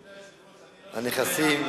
הנכסים,